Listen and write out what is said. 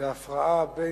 זו הפרעה בין-סיעתית.